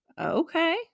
Okay